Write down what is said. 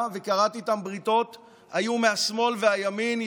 וכרת איתם בריתות היו מהשמאל והימין,